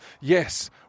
yes